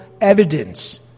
evidence